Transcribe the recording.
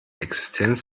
existenz